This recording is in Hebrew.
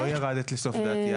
לא ירדת לסוף דעתי.